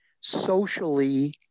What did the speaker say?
socially